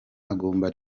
agomba